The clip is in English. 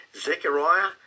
Zechariah